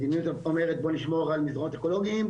המדיניות אומרת בוא נשמור על מסדרונות אקולוגיים,